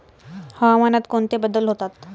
हवामानात कोणते बदल होतात?